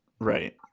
Right